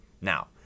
Now